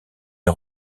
est